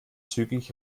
zügig